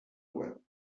web